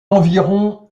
environ